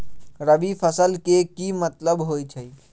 रबी फसल के की मतलब होई छई?